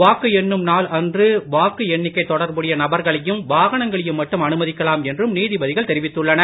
வாக்கு எண்ணும் நாள் அன்று வாக்கு எண்ணிக்கை தொடர்புடைய நபர்களையும் வாகனங்களையும் மட்டும் அனுமதிக்கலாம் என்றும் நீதிபதிகள் தெரிவித்துள்ளனர்